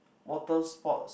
water sports